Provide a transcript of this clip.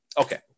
okay